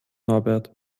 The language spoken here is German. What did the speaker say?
norbert